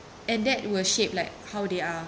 and that will shape like how they are